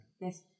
Yes